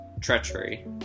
Treachery